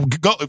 Go